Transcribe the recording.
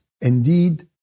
Indeed